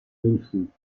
münchen